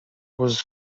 was